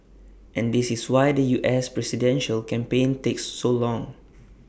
and this is why the U S presidential campaign takes so long